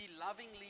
lovingly